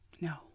No